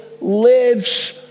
lives